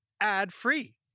ad-free